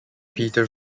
peter